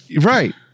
Right